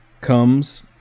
comes